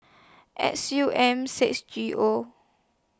X U M six G O